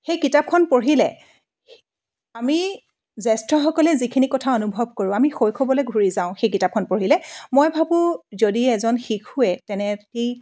সেই কিতাপখন পঢ়িলে আমি জ্যেষ্ঠসকলে যিখিনি কথা অনুভৱ কৰোঁ আমি শৈশৱলৈ ঘূৰি যাওঁ সেই কিতাপখন পঢ়িলে মই ভাবোঁ যদি এজন শিশুৱে তেনে এটি